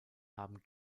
haben